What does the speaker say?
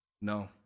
No